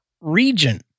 region